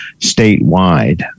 statewide